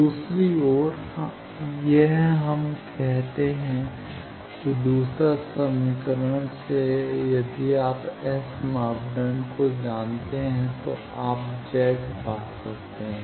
दूसरी ओर यह हम कहते हैं कि दूसरा समीकरण से यदि आप S मापदंड को जानते हैं तो आप Z पा सकते हैं